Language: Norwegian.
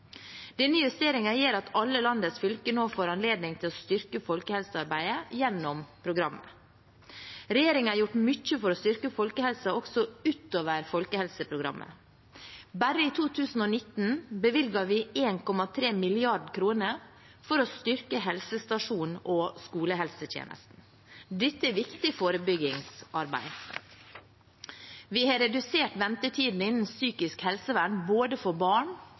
at alle landets fylker nå får anledning til å styrke folkehelsearbeidet gjennom programmet. Regjeringen har gjort mye for å styrke folkehelsen også utover folkehelseprogrammet. Bare for 2019 bevilget vi 1,3 mrd. kr for å styrke helsestasjons- og skolehelsetjenesten. Dette er viktig forebyggingsarbeid. Vi har redusert ventetidene innenfor psykisk helsevern både for barn